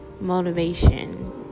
motivation